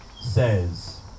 says